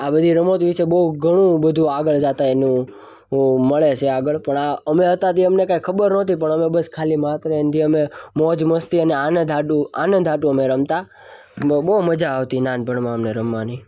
આ બધી રમત વિષે બઉ ઘણું બધું આગળ જતા એનું મળે છે આગળ પણ આ અમે હતા તે અમને કાંઇ ખબર નોતી પણ અમે બસ ખાલી માત્ર એનાથી અમે મોજ મસ્તી અને આનંદ સાટુ આનંદ સાટુ અમે રમતા અને બઉ મજા આવતી નાનપણમાં અમને રમવાની